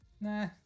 Nah